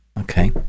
Okay